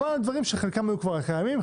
אבל דברים שחלקם היו כבר קיימים,